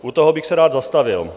U toho bych se rád zastavil.